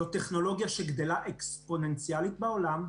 זאת טכנולוגיה שגדלה אקספוננציאלית בעולם,